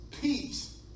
peace